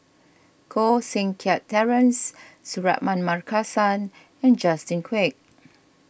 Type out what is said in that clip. Koh Seng Kiat Terence Suratman Markasan and Justin Quek